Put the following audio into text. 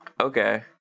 Okay